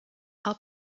our